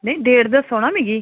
नेईं डेट दस्सो ना मिगी